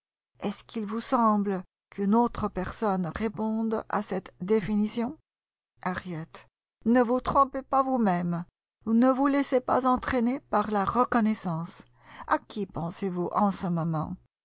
est-ce qu'il vous semble qu'une autre personne réponde à cette définition harriet ne vous trompez pas vous-même ne vous laissez pas entraîner par la reconnaissance à qui pensez-vous en ce moment